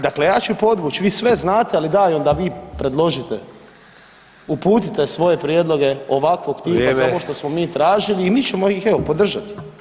Dakle, ja ću podvući vi sve znate, ali daj onda vi predložite, uputite svoje prijedloge ovakvog tipa za ovo [[Upadica: Vrijeme.]] za ovo što smo mi tražili i mi ćemo ih evo podržati.